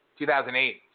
2008